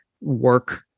work